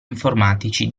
informatici